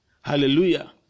hallelujah